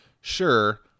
Sure